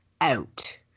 out